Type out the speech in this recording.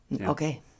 Okay